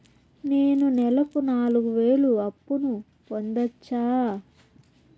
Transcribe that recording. నేను నెలకు నాలుగు వేలు అప్పును పొందొచ్చా?